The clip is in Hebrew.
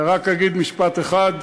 אני רק אגיד משפט אחד: